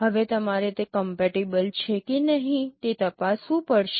હવે તમારે તે કમ્પેટીબલ છે કે નહીં તે તપાસવું પડશે